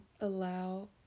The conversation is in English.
allow